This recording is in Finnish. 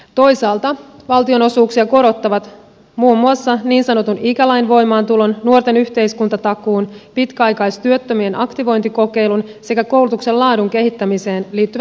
toisaalta valtionosuuksia korottavat muun muassa niin sanotun ikälain voimaantuloon nuorten yhteiskuntatakuuseen pitkäaikaistyöttömien aktivointikokeiluun sekä koulutuksen laadun kehittämiseen liittyvät lisäykset